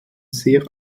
sehr